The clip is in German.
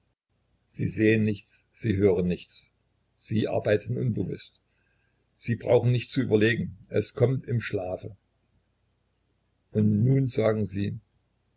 sie sehen nichts sie hören nichts sie arbeiten unbewußt sie brauchen nicht zu überlegen es kommt im schlafe und nun sagen sie